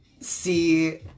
see